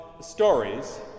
stories